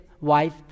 wife